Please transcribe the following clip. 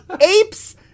apes